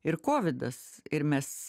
ir kovidas ir mes